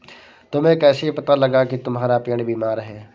तुम्हें कैसे पता लगा की तुम्हारा पेड़ बीमार है?